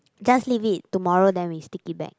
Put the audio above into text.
just leave it tomorrow then we stick it back